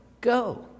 Go